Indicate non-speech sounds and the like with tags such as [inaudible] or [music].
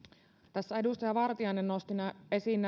tässä edustaja vartiainen nosti esiin [unintelligible]